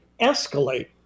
escalate